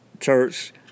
church